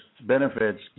benefits